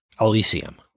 Elysium